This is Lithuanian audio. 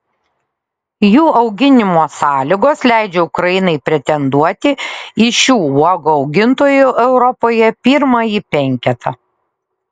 jų auginimo sąlygos leidžia ukrainai pretenduoti į šių uogų augintojų europoje pirmąjį penketą